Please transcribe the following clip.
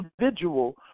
individual